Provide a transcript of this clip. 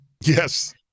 yes